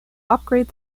upgrade